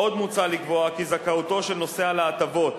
עוד מוצע לקבוע כי זכאותו של נוסע להטבות